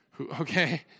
okay